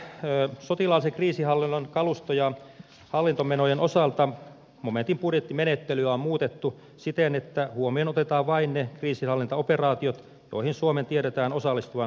sotilaallisen kriisinhallinnan kalusto ja hallintomenojen osalta momentin budjettimenettelyä on muutettu siten että huomioon otetaan vain ne kriisinhallintaoperaatiot joihin suomen tiedetään osallistuvan budjettivuonna